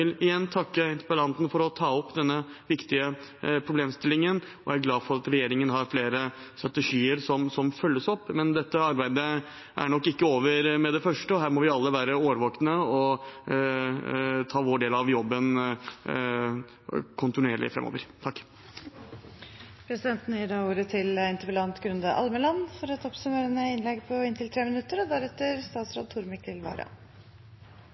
igjen takke interpellanten for å ta opp denne viktige problemstillingen, og jeg er glad for at regjeringen har flere strategier som følges opp. Men dette arbeidet er nok ikke over med det første – her må vi alle være årvåkne og kontinuerlig ta vår del av jobben framover. Noe av det vanskeligste med å skrive denne interpellasjonen og finne ut hva man skal si, var ikke at det var mangel på